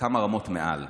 זה כמה רמות מעל,